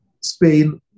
Spain